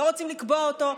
לא רוצים לקבוע אותו,